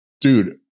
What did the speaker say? Dude